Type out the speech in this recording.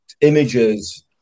images